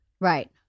Right